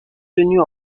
tenu